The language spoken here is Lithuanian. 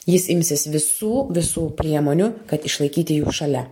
jis imsis visų visų priemonių kad išlaikyti šalia